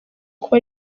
kuba